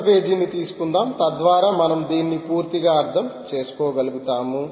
క్రొత్త పేజీని తీసుకుందాం తద్వారా మనం దీన్ని పూర్తిగా అర్థం చేసుకోగలుగుతాము